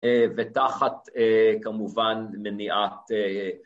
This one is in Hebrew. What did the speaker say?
א.. ותחת א.. כמובן מניעת א..